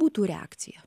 būtų reakcija